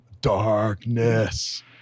Darkness